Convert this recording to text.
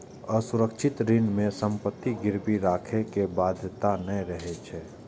असुरक्षित ऋण मे संपत्ति गिरवी राखै के बाध्यता नै रहै छै